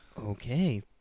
Okay